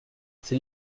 c’est